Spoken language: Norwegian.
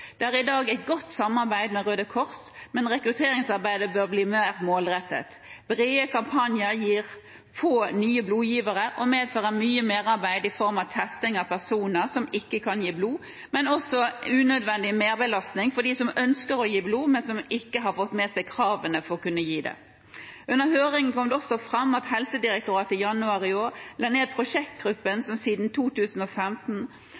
er i dag et godt samarbeid med Røde Kors, men rekrutteringsarbeidet bør bli mer målrettet. Brede kampanjer gir få nye blodgivere, og det medfører mye merarbeid i form av testing av personer som ikke kan gi blod, men også unødvendig merbelastning for dem som ønsker å gi blod, men ikke har fått med seg kravene for å kunne gi det. Under høringen kom det også fram at Helsedirektoratet i januar i år la ned prosjektgruppen